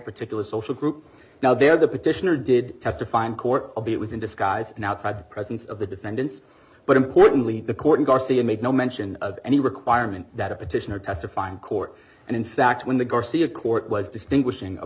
particular social group now they're the petitioner did testify in court it was in disguise an outside presence of the defendants but importantly the court in garcia made no mention of any requirement that a petitioner testify in court and in fact when the garcia court was distinguishing a